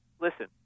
listen